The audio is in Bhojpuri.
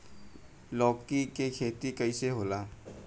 लौकी के खेती कइसे होला?